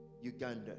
Uganda